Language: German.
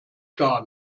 gar